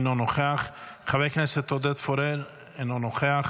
אינו נוכח, חבר הכנסת עודד פורר, אינו נוכח.